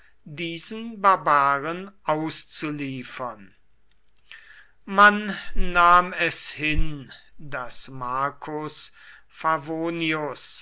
diesen barbaren auszuliefern man nahm es hin daß marcus favonius